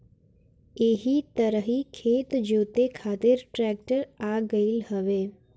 एही तरही खेत जोते खातिर ट्रेक्टर आ गईल हवे